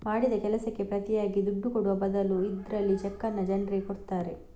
ಮಾಡಿದ ಕೆಲಸಕ್ಕೆ ಪ್ರತಿಯಾಗಿ ದುಡ್ಡು ಕೊಡುವ ಬದಲು ಇದ್ರಲ್ಲಿ ಚೆಕ್ಕನ್ನ ಜನ್ರಿಗೆ ಕೊಡ್ತಾರೆ